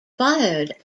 fired